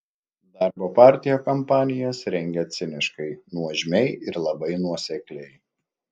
darbo partija kampanijas rengia ciniškai nuožmiai ir labai nuosekliai